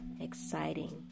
exciting